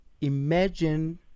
Imagine